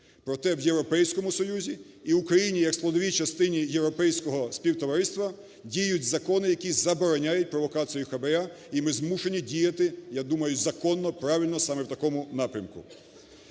Проте, в Європейському Союзі і Україні, як складовій частині Європейського Співтовариства, діють закони, які забороняють провокацію хабара. І ми змушені діяти, я думаю, законно, правильно саме в такому напрямку.